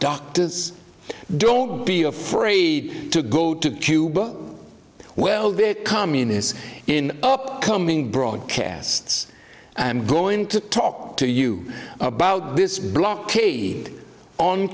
doctors don't be afraid to go to cuba well bit communis in upcoming broadcasts and going to talk to you about this blockade on